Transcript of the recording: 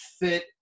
fit